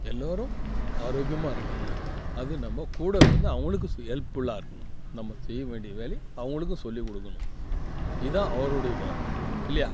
எல்லோரும் ஆரோக்கியமாக இருக்கணுனாக்க அது நம்ம கூட வந்து அவங்களுக்கும் சு ஹெல்ப்ஃபுல்லாக இருக்கணும் நம்ம செய்ய வேண்டிய வேலையை அவங்களுக்கும் சொல்லிக்கொடுக்கணும் இதுதான் அவருடைய வேலை இல்லையா